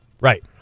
right